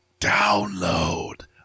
download